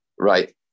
Right